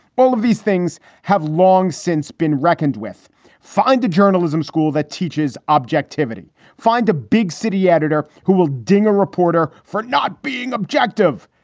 all of these things have long since been reckoned with. find a journalism school that teaches objectivity. find a big city editor who will ding a reporter for not being objective.